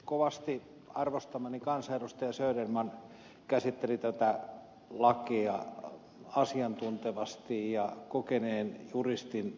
kovasti arvostamani kansanedustaja söderman käsitteli tätä lakia asiantuntevasti ja kokeneen juristin analyyttisyydellä